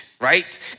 right